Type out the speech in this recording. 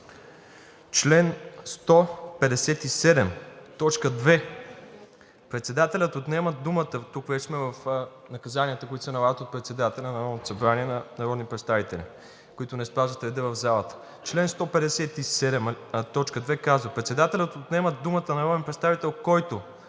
т. 2 казва: „Председателят отнема думата на народен представител, който